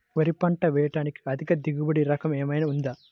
వరి పంట వేయటానికి అధిక దిగుబడి రకం ఏమయినా ఉందా?